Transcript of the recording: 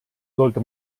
sollte